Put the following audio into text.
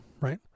right